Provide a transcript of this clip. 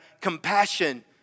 compassion